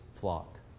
flock